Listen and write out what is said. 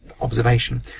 observation